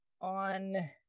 on